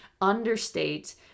understate